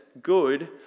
good